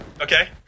Okay